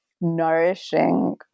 nourishing